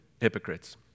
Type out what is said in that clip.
hypocrites